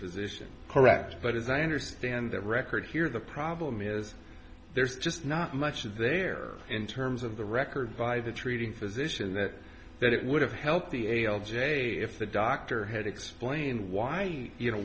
physician correct but as i understand the record here the problem is there's just not much of there in terms of the record by the treating physician that that it would have helped the a l j if the doctor had explained why you know